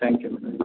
thank you madam